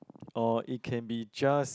or it can be just